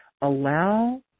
allow